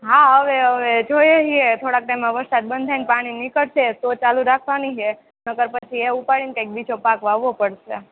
હા હવે હવે જોઈએ હી થોડાક ટાઈમ વરસાદ બંધ થાય ન પાણી નિકળશે તો ચાલુ રાખવાની છે નહિતર પછી એ ઉપાડીને કંઈક બીજો પાક વાવવો પડશે